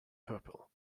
purple